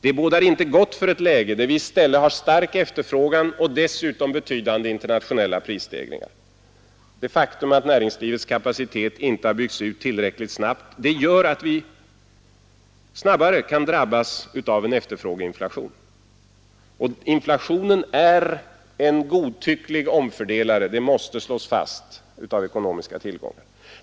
Det bådar inte gott för ett läge där vi i stället har stark efterfrågan och dessutom betydande internationella prisstegringar. Det faktum att näringslivets kapacitet inte har byggts ut tillräckligt snabbt gör att vi snabbare kan drabbas av en efterfrågeinflation. Inflationen är en godtycklig omfördelare av ekonomiska tillgångar, det måste slås fast.